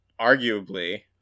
arguably